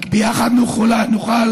רק ביחד נוכל